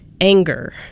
anger